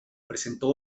presentó